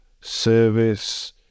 service